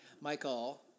Michael